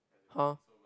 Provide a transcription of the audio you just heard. !huh!